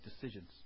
decisions